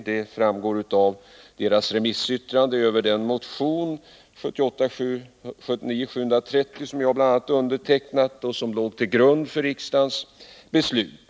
Det framgår av ämbetets remissyttrande över den motion, 1978/79:730, som bl.a. jag undertecknat och som låg till grund för riksdagens beslut.